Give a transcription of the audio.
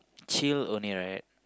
chill only right